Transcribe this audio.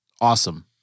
awesome